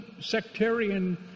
sectarian